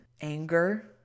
anger